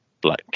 Black